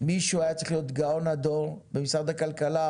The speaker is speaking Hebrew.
מישהו היה צריך להיות גאון הדור במשרד הכלכלה,